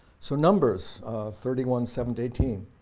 so numbers thirty one seven eighteen,